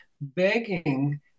begging